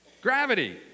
Gravity